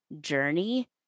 journey